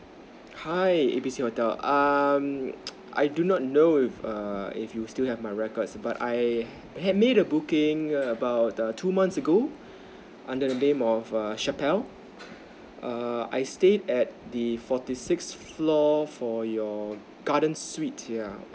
hi A B C hotel um I do not know if err if you still have my record but I had made the booking about two months ago under the name of err shappel err I stayed at the forty six floor for your garden suite yeah